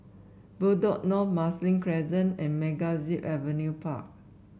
Bedok North Marsiling Crescent and MegaZip Adventure Park